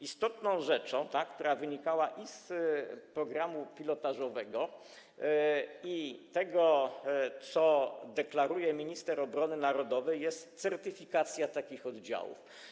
Istotną rzeczą, która wynikała z programu pilotażowego i tego co, deklaruje minister obrony narodowej, jest certyfikacja takich oddziałów.